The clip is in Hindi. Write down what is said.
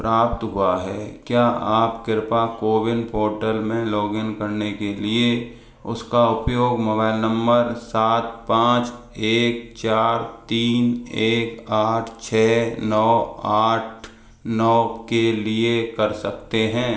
प्राप्त हुआ है क्या आप कृपया कोविन पोर्टल में लॉगिन करने के लिए उसका उपयोग मोबाइल नंबर सात पाँच एक चार तीन एक आठ छः नौ आठ नौ के लिए कर सकते हैं